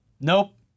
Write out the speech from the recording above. Nope